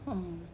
a'ah